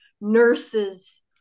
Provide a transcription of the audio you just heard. nurses